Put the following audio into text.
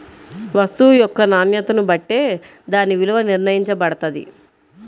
వస్తువు యొక్క నాణ్యతని బట్టే దాని విలువ నిర్ణయించబడతది